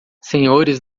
senhores